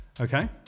Okay